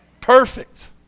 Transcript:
Perfect